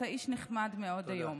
אתה איש נחמד מאוד היום.